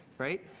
right?